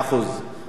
אנחנו מבקשים,